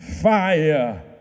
fire